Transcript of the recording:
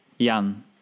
Jan